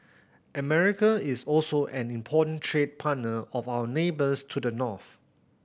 America is also an important trade partner of our neighbours to the north